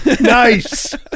nice